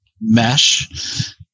mesh